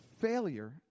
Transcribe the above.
failure